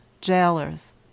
jailers